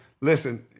listen